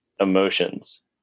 emotions